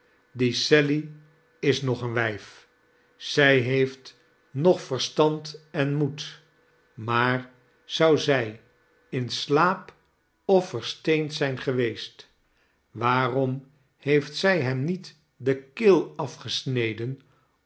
die sally is nog een wijf zij heeft nog verstand en moed maar zou zij in slaap of versteend zijn geweest waarom heeft zij hem niet de keel afgesneden